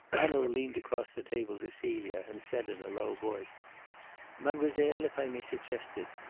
hanaud leaned across the table to celia and said in a low voice mademoiselle, if i may suggest it,